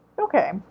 Okay